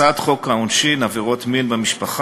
הצעת חוק העונשין (תיקון, עבירות מין במשפחה),